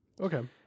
Okay